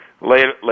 later